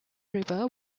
river